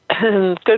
Good